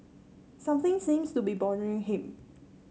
something seems to be bothering him